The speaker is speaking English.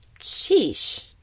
Sheesh